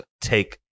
take